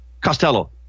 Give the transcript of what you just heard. Costello